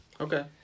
Okay